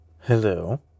Hello